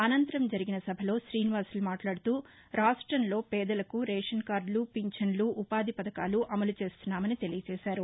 అనంతరం జరిగిన సభలో శ్రీనివాసులు మాట్లాడుతూరాష్ట్రంలో పేదలకు రేషన్ కార్దులు ఫించన్లు ఉపాధి పథకాలు అమలు చేస్తున్నామన్నారు